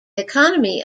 economy